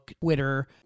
Twitter